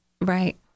Right